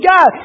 God